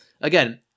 again